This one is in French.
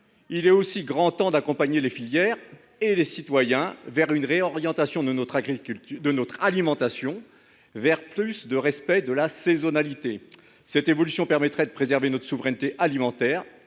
Il est aussi grand temps d’accompagner les filières et les citoyens vers une réorientation de notre alimentation afin de mieux respecter la saisonnalité. Cette évolution permettrait de préserver notre souveraineté alimentaire